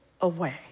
away